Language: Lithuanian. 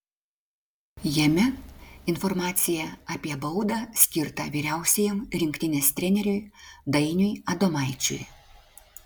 jame informacija apie baudą skirtą vyriausiajam rinktinės treneriui dainiui adomaičiui